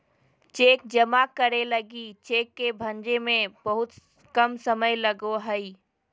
cheque जमा करे लगी लगी चेक के भंजे में बहुत कम समय लगो हइ